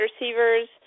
receivers